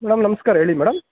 madam ನಮಸ್ಕಾರ ಹೇಳಿ madam